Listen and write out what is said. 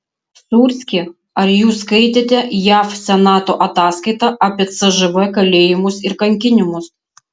sūrski ar jūs skaitėte jav senato ataskaitą apie cžv kalėjimus ir kankinimus